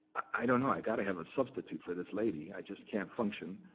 i don't know. i got to have a substitute for this lady. i just can't function.